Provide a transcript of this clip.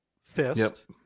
fist